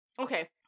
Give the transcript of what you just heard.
okay